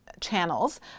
channels